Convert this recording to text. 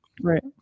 Right